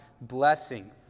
blessing